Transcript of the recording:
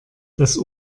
das